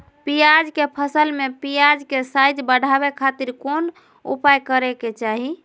प्याज के फसल में प्याज के साइज बढ़ावे खातिर कौन उपाय करे के चाही?